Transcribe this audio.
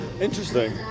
Interesting